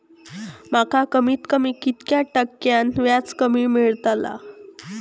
माका कमीत कमी कितक्या टक्क्यान व्याज मेलतला?